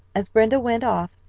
as brenda went off,